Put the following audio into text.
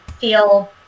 feel